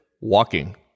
walking